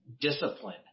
discipline